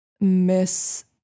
miss